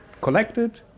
collected